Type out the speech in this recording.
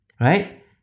right